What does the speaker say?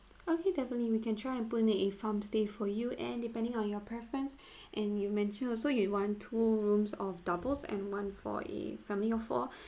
okay definitely we can try and put it in a farm stay for you and depending on your preference and you mentioned also you want two rooms of doubles and one for a family of four